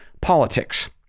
politics